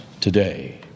today